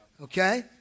Okay